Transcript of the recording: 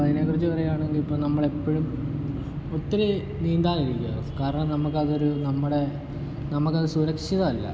അപ്പം അതിനെക്കുറിച്ച് പറയുവാണെങ്കിൽ നമ്മളെപ്പോഴും ഒത്തിരി നീന്താതിരിക്കുക കാരണം നമ്മക്കതൊരു നമ്മുടെ നമുക്കത് സുരക്ഷിതം അല്ല